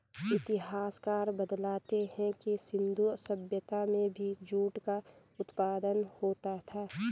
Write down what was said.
इतिहासकार बतलाते हैं कि सिन्धु सभ्यता में भी जूट का उत्पादन होता था